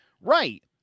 Right